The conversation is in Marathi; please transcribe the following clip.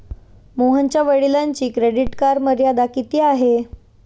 मोहनच्या वडिलांची क्रेडिट कार्ड मर्यादा किती आहे?